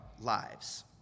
lives